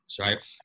right